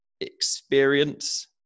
experience